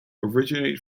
originate